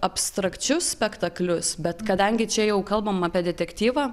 abstrakčius spektaklius bet kadangi čia jau kalbam apie detektyvą